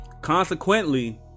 consequently